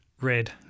Red